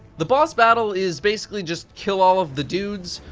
the boss battle is basically just kill all of the dudes,